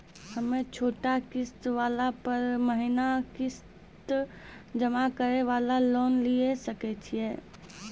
हम्मय छोटा किस्त वाला पर महीना किस्त जमा करे वाला लोन लिये सकय छियै?